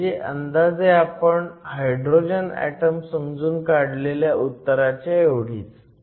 म्हणजे अंदाजे आपण हायड्रोजन ऍटम समजून काढलेल्या उत्तराच्या एवढीच